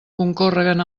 concórreguen